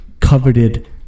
Coveted